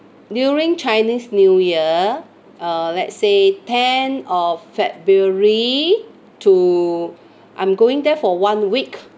during chinese new year uh let's say ten of february to I'm going there for one week